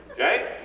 okay?